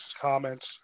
comments